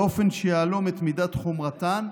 באופן שיהלום את מידת חומרתן,